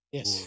Yes